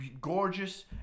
gorgeous